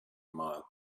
mouth